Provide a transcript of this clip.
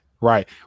Right